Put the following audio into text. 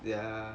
they are